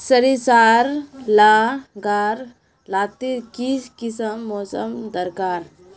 सरिसार ला गार लात्तिर की किसम मौसम दरकार?